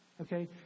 Okay